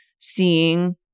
seeing